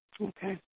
Okay